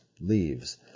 leaves